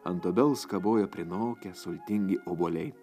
ant obels kabojo prinokę sultingi obuoliai